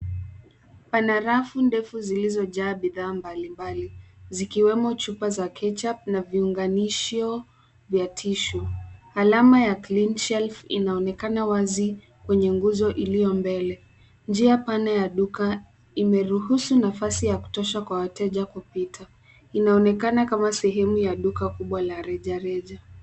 Pana rafu ndefu zilizojaa bidhaa mbalimbali zikiwemo chupa za ketchup na viunganisho vya tissue . Alama ya Cleanshelf inaonekana wazi kwenye nguzo iliyo mbele. Njia pana ya duka imeruhusu nafasi ya kutosha kwa wateja kupita. Inaonekana kama sehemu ya duka kubwa la rejareja.